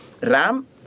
RAM